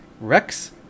Rex